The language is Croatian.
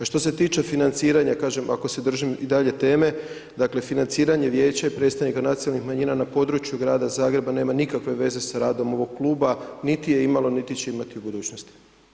Što se tiče financiranja, kažem, ako se držim i dalje teme, dakle, financiranje vijeća i predstavnika nacionalnih manjina na području Grada Zagreba nema nikakve veze sa radom ovog kluba, niti je imalo, niti će imati u budućnosti.